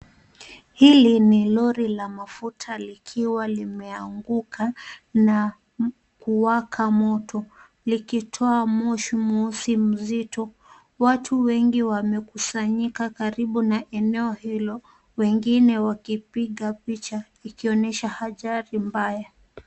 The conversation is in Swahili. Hili ni lori la mafuta likiwa limeanguka na kuwaka moto, likitoa moshi mweusi mzito. Watu wengi wamekusanyika karibu na eneo hilo, wengine wakipiga picha, ikionyesha ajali mbaya.